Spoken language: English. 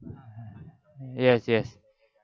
yes yes